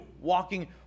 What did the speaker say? walking